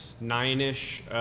nine-ish